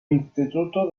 instituto